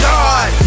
God